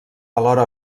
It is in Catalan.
alhora